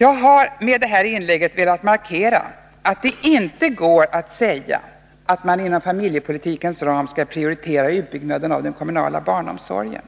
Jag har med mitt inlägg velat markera att det inte går att säga att man inom familjepolitikens ram skall prioritera utbyggnaden av den kommunala barnomsorgen